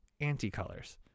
anticolors